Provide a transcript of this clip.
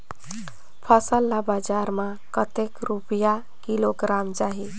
फसल ला बजार मां कतेक रुपिया किलोग्राम जाही?